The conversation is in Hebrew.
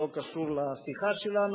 שלא קשור לשיחה שלנו.